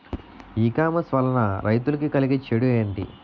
ఈ కామర్స్ వలన రైతులకి కలిగే చెడు ఎంటి?